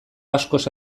askoz